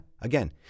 again